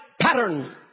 pattern